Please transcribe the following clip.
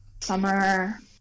summer